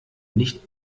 nicht